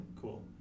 Cool